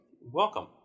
Welcome